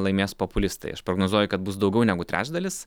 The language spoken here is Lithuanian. laimės populistai aš prognozuoju kad bus daugiau negu trečdalis